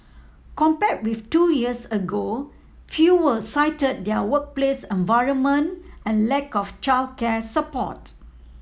compared with two years ago fewer cited their workplace environment and lack of childcare support